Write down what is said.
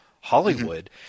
Hollywood